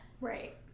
Right